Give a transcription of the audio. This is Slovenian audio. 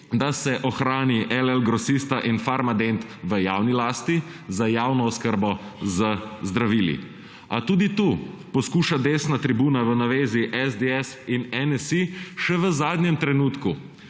da se ohrani LL Grosista in Farmadent v javni lasti, za javno oskrbo z zdravili. A tudi tukaj poskuša desna tribuna v navezi SDS in NSi še v zadnjem trenutku